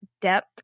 depth